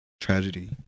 Tragedy